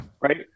Right